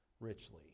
richly